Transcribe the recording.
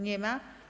Nie ma.